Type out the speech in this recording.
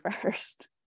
first